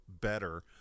better